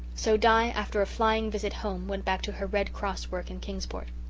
so di, after a flying visit home, went back to her red cross work in kingsport.